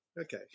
Okay